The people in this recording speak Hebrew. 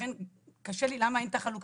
לכן קשה לי למה אין את החלוקה.